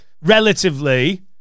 relatively